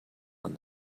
when